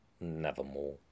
nevermore